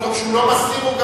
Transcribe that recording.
רק מאלוהים.